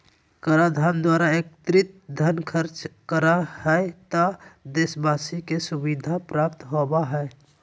कराधान द्वारा एकत्रित धन खर्च करा हइ त देशवाशी के सुविधा प्राप्त होबा हइ